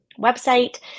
website